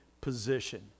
position